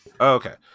okay